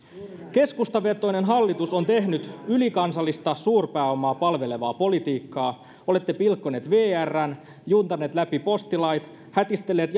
keskustavetoinen hallitus on tehnyt ylikansallista suurpääomaa palvelevaa politiikkaa olette pilkkoneet vrn juntanneet läpi postilait hätistelleet